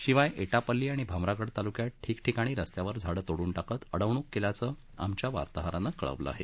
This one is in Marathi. शिवाय एटापल्ली आणि भामरागड तालुक्यात ठिकठिकाणी रस्त्यावर झाडं तोडून टाकत अडवणूक केल्याचं आमच्या वार्ताहरानं कळवलं आहे